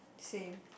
same